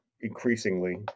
increasingly